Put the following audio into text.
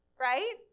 right